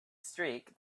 streak